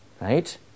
right